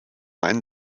einen